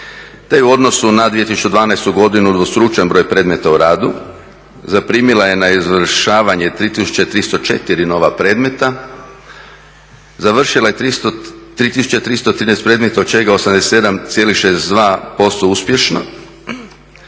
je u odnosu na 2012. godinu udvostručen broj predmeta u radu. Zaprimila je na izvršavanje 3304 nova predmeta. Završila je 3313 predmeta, od čega 87,62% uspješno.